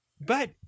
But-